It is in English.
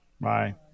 Bye